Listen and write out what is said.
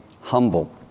humble